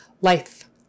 Life